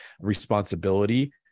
responsibility